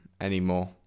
anymore